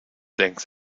längst